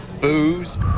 booze